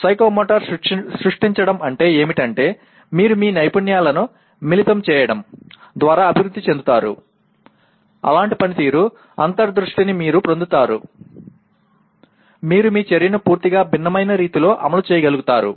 psychomotor సృష్టించడం అంటే ఏమిటంటే మీరు మీ నైపుణ్యాలను మిళితం చేయడం ద్వారా అభివృద్ధి చెందుతారు అలాంటి పనితీరు అంతర్దృష్టిని మీరు పొందుతారు మీరు మీ చర్యను పూర్తిగా భిన్నమైన రీతిలో అమలు చేయగలుగుతారు